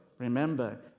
Remember